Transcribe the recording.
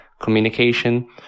communication